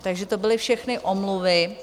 Takže to byly všechny omluvy.